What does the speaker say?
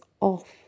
off